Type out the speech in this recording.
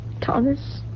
Thomas